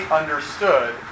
understood